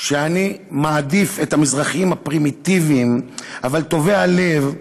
שאני מעדיף את המזרחים הפרימיטיביים אבל טובי הלב,